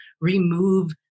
remove